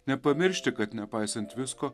nepamiršti kad nepaisant visko